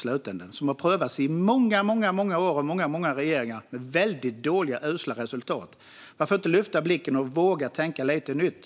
Detta har prövats i många år och av många regeringar, med väldigt dåliga - faktiskt usla - resultat. Varför inte lyfta blicken och våga tänka lite nytt?